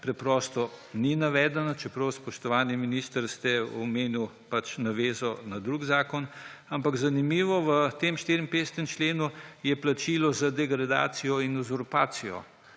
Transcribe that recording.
preprosto ni navedeno, čeprav, spoštovani minister, ste omenili navezo na drug zakon, ampak zanimivo, da v tem 54. členu je plačilo za degradacijo in uzurpacijo,